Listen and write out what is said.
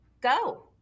go